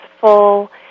full